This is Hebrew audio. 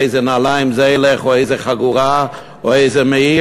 עם איזה נעליים זה ילך או עם איזו חגורה או עם איזה מעיל.